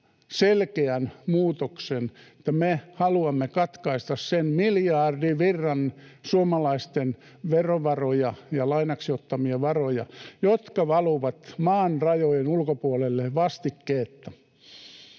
sel-keän muutoksen, että me haluamme katkaista sen miljardivirran suomalaisten verovaroja ja lainaksiottamia varoja, jotka valuvat maan rajojen ulkopuolelle vastikkeetta.